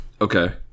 okay